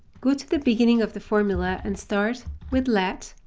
go to the beginning of the formula and start with let.